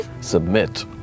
submit